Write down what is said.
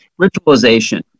ritualization